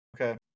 Okay